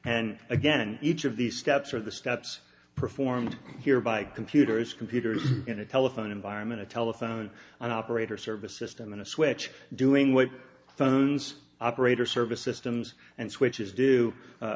and again each of these steps are the steps performed here by computers computers in a telephone environment a telephone an operator service system and a switch doing what phones operator service systems and switches do